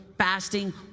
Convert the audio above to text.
Fasting